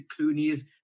Clooney's